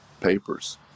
papers